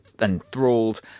Enthralled